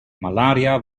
malaria